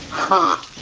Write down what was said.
huh.